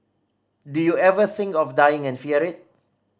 do you ever think of dying and fear it